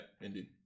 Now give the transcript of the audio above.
indeed